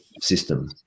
system